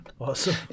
Awesome